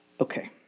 okay